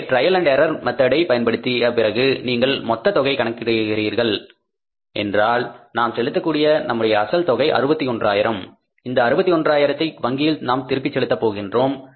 எனவே trial and error மெத்தெட்டை பயன்படுத்திய பிறகு நீங்கள் மொத்த தொகையை கணக்கிட்டீர்களென்றால் நாம் செலுத்தக்கூடிய நம்முடைய அசல் தொகை 61000 இந்த 61 ஆயிரத்தை வங்கியில் நாம் திருப்பி செலுத்த போகின்றோம்